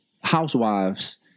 Housewives